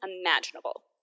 imaginable